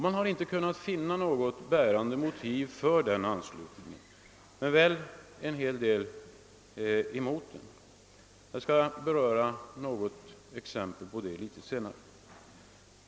Man har inte kunnat finna något bärande motiv för den anslutningen men väl en hel del som talar emot den — jag skall litet senare anföra något exempel härpå.